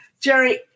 Jerry